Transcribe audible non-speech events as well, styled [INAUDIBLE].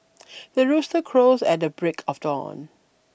[NOISE] the rooster crows at the break of dawn